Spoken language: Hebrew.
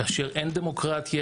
כאשר אין דמוקרטיה,